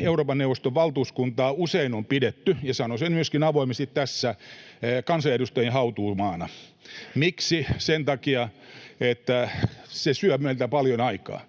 Euroopan neuvoston valtuuskuntaa usein on pidetty — ja sanon sen myöskin avoimesti tässä — kansanedustajien hautuumaana. Miksi? Sen takia, että se syö meiltä paljon aikaa.